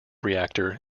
reactor